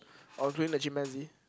or claim that chimpanzee